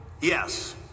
Yes